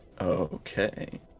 Okay